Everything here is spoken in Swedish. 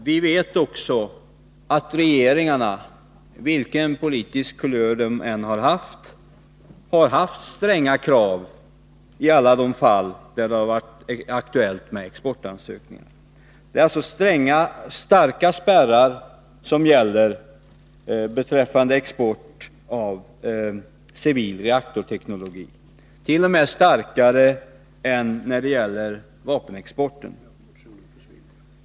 Vi vet att regeringarna, vilken politisk kulör de än har haft, har stränga krav i alla fall då det har varit aktuellt med exportansökningar. Det är alltså starka spärrar som gäller beträffande export av civil reaktorteknologi, t.o.m. starkare än när det gäller vapenexporten.